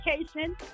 education